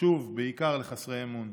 שוב בעיקר לחסרי אמון.